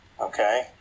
Okay